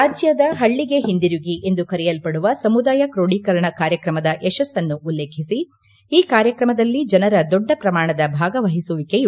ರಾಜ್ಯದ ಹಳ್ಳಿಗೆ ಹಿಂದಿರುಗಿ ಎಂದು ಕರೆಯಲ್ಲಡುವ ಸಮುದಾಯ ಕೋಡೀಕರಣ ಕಾರ್ಯಕ್ರಮದ ಯಶಸ್ಸನ್ನು ಉಲ್ಲೇಖಿಸಿ ಈ ಕಾರ್ಯಕ್ರಮದಲ್ಲಿ ಜನರ ದೊಡ್ಡ ಪ್ರಮಾಣದ ಭಾಗವಹಿಸುವಿಕೆ